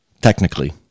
technically